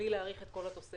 בלי להאריך את כל התוספת.